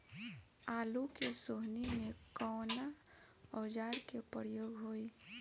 आलू के सोहनी में कवना औजार के प्रयोग होई?